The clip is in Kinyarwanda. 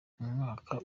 umwaka